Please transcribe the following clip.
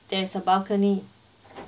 there is a balcony